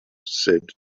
said